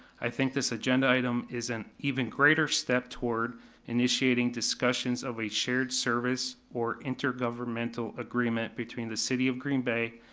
i think this agenda item is an even greater step toward initiating discussions of a shared service or intergovernmental agreement between the city of green bay,